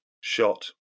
shot